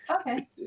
Okay